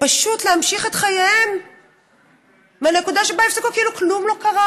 ופשוט להמשיך את חייהם מהנקודה שבה הפסיקו כאילו כלום לא קרה.